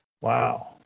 Wow